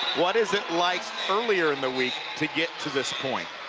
what is it like earlier in the week to get to this point?